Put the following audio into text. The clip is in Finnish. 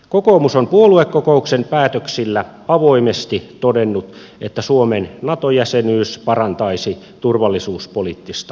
kokoomus on puoluekokouksen päätöksillä avoimesti todennut että suomen nato jäsenyys parantaisi turvallisuuspoliittista asemaamme